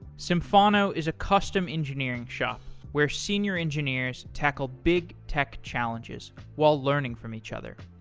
symphono is a custom engineering shop where senior engineers tackle big tech challenges while learning from each other.